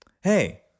Hey